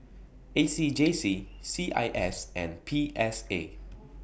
A C J C C I S and P S A